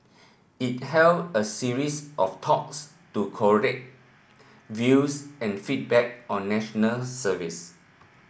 it held a series of talks to collate views and feedback on National Service